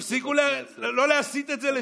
תפסיקו, לא להסיט את זה לשם.